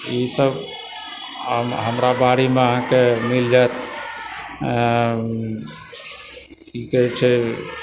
ईसभ हमरा बाड़ीमे अहाँकेँ मिल जाइत की कहय छै